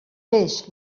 peix